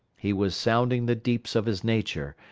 he was sounding the deeps of his nature,